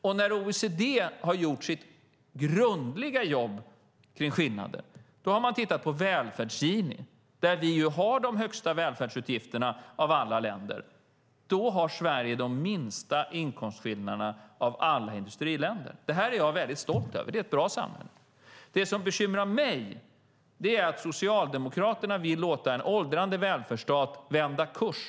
Och när OECD har gjort sitt grundliga jobb kring skillnader har man tittat på välfärdens Gini-koefficient - vi har de högsta välfärdsutgifterna av alla länder - och kommit fram till att Sverige har de minsta inkomstskillnaderna av alla industriländer. Det här är jag väldigt stolt över. Det är ett bra samhälle. Det som bekymrar mig är att Socialdemokraterna vill låta en åldrande välfärdsstat ändra kurs.